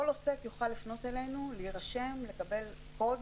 כל עוסק יוכל לפנות אלינו, להירשם, לקבל קוד,